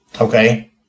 Okay